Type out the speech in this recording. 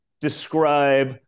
describe